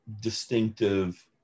distinctive